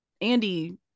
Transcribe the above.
andy